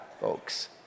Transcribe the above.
folks